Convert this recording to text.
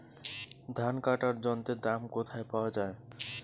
ধান কাটার যন্ত্রের দাম কোথায় পাওয়া যায়?